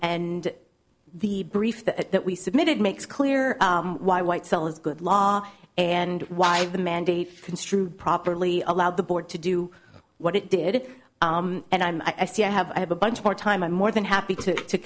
brief that that we submitted makes clear why white cell is good law and why the mandate construed properly allowed the board to do what it did and i'm i see i have i have a bunch more time i'm more than happy to to